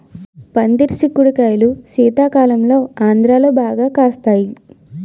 పందిరి సిక్కుడు కాయలు శీతాకాలంలో ఆంధ్రాలో బాగా కాస్తాయి